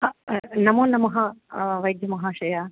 नमो नमः वैद्यमहाशयः